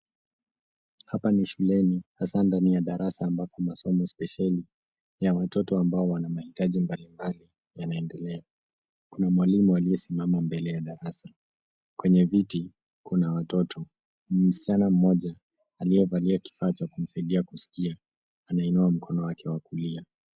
Hapa ni shuleni hasa ndani ya darasa ambapo masomo spesheli ya watoto ambao wana mahitaji mbalimbali yanaendelea, kuna mwalimu aliyesimama mbele ya darasa, kwenye viti kuna watoto, msichana moja aliyevalia kifaa cha kumsaidia kuskia anainua mkono akiwa kulia.